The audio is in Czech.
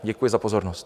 Děkuji za pozornost.